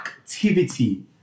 activity